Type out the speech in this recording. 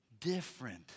different